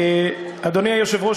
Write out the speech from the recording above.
אדוני היושב-ראש,